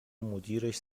مدیرش